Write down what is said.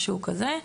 משהו כזה,